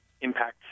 impact